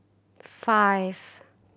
five